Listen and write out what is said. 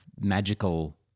magical